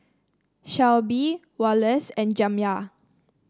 Shelbi Wallace and Jamya